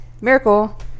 miracle